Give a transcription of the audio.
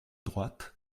droite